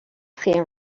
san